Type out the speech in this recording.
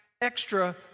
extra